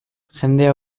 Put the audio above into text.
jendea